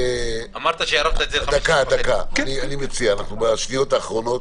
אנחנו בשניות האחרונות